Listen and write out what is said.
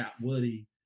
Woody